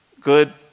good